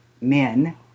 men